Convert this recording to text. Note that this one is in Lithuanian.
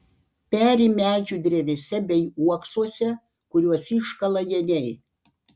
peri medžių drevėse bei uoksuose kuriuos iškala geniai